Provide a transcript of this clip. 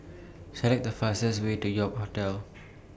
Select The fastest Way to York Hotel